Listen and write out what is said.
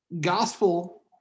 gospel